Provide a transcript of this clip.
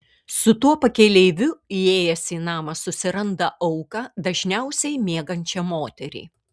su tuo pakeleiviu įėjęs į namą susiranda auką dažniausiai miegančią moterį